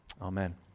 amen